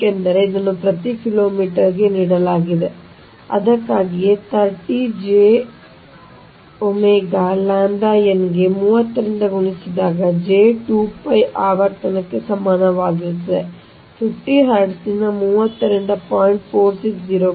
ಏಕೆಂದರೆ ಇದನ್ನು ಪ್ರತಿ ಕಿಲೋಮೀಟರ್ಗೆ ನೀಡಲಾಗಿದೆ ಅದಕ್ಕಾಗಿಯೇ 30 jΩ ʎ n ಗೆ 30 ರಿಂದ ಗುಣಿಸಿದಾಗ j 2 pi ಆವರ್ತನಕ್ಕೆ ಸಮನಾಗಿರುತ್ತದೆ 50Hz 30 ರಿಂದ 0